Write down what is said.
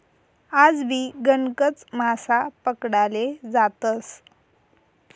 आजबी गणकच मासा पकडाले जातस